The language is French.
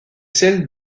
celle